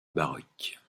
baroque